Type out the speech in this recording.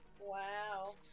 Wow